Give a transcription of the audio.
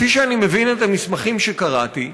כפי שאני מבין את המסמכים שקראתי,